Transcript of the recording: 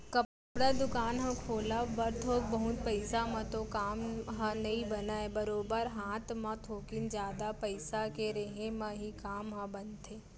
कपड़ा दुकान ह खोलब बर थोक बहुत पइसा म तो काम ह नइ बनय बरोबर हात म थोकिन जादा पइसा के रेहे म ही काम ह बनथे